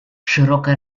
широкое